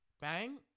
Bang